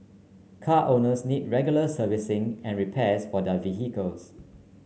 car owners need regular servicing and repairs for their vehicles